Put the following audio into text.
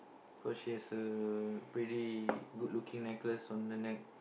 cause she has a pretty good looking necklace on her neck